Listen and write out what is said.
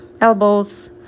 elbows